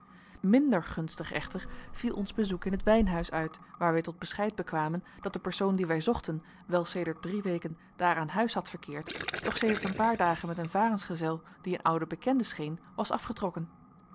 minder gunstig echter viel ons bezoek in het wijnhuis uit waar wij tot bescheid bekwamen dat de persoon die wij zochten wel sedert drie weken daar aan huis had verkeerd doch sedert een paar dagen met een varensgezel die een oude bekende scheen was afgetrokken